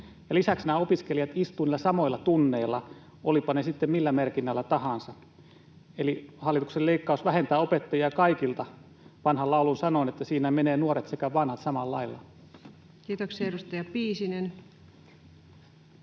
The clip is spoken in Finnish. Lisäksi nämä opiskelijat istuvat niillä samoilla tunneilla, olivatpa ne sitten millä merkinnällä tahansa. Eli hallituksen leikkaus vähentää opettajia kaikilta, vanhan laulun sanoin: siinä menee nuoret sekä vanhat samanlailla. [Speech 457] Speaker: